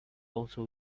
also